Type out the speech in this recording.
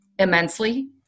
immensely